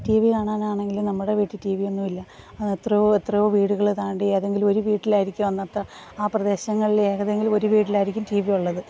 T V കാണാനാണെങ്കിലും നമ്മുടെ വീട്ടിൽ ടീ വി ഒന്നും ഇല്ല അന്ന് എത്രയോ എത്രയോ വീടുകൾ താണ്ടി ഏതെങ്കിലും ഒരു വീട്ടിലായിരിക്കും അന്നത്തെ ആ പ്രദേശങ്ങളിൽ ഏതെങ്കിലും ഒരു വീട്ടിലായിരിക്കും ടീ വി ഉള്ളത്